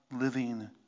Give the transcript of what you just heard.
living